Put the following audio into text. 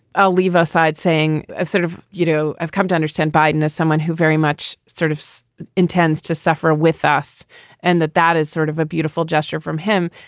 i'll leave aside saying ah sort of you know, i've come to understand biden as someone who very much sort of intends to suffer with us and that that is sort of a beautiful gesture from him.